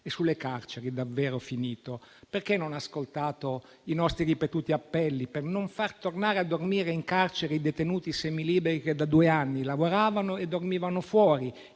Sulle carceri ho davvero finito. Perché non ha ascoltato i nostri ripetuti appelli per non far tornare a dormire in carcere i detenuti semiliberi che da due anni lavoravano e dormivano fuori?